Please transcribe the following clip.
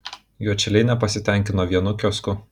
juodšiliai nepasitenkino vienu kiosku